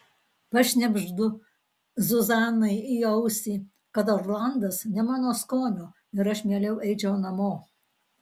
pašnibždu zuzanai į ausį kad orlandas ne mano skonio ir aš mieliau eičiau namo